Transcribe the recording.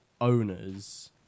owners